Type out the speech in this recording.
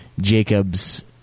Jacobs